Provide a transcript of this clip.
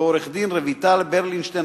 ועורכת-דין רויטל ברלינשטיין,